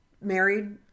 married